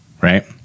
right